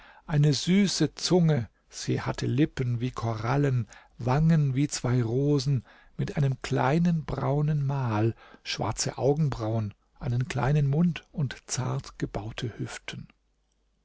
eine süße zunge sie hatte lippen wie korallen wangen wie zwei rosen mit einem kleinen braunen mal schwarze augenbrauen einen kleinen mund und zartgebaute hüften